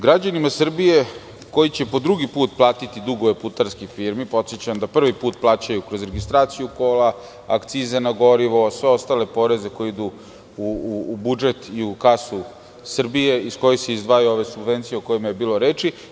Građanima Srbije koji će po drugi put platiti dugove putarskih firmi, podsećam da prvi put plaćaju kroz registraciju kola, akciza na gorivo, sve ostale poreze koji idu u budžet i u kasu Srbije, iz kojih se izdvajaju ove subvencije o kojima je bilo reči.